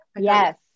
Yes